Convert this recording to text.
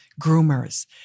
groomers